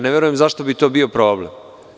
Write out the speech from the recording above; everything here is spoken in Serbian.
Ne znam zašto bi to bio problem.